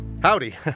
Howdy